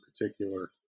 particular